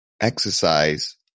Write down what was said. exercise